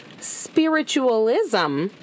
Spiritualism